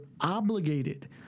obligated